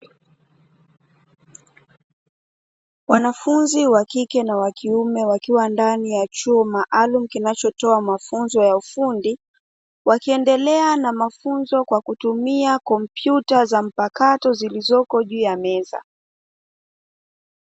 Wanafunzi wa kike na wa kiume wakiwa ndani ya chuo maalumu, kinachotoa mafunzo ya ufundi wakiendelea na mafunzo kwa kutumia kompyuta mpakato zilizoko juu ya meza.